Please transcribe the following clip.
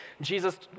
Jesus